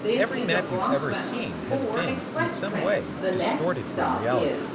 every map you've ever seen has been, in some way, distorted from reality.